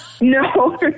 No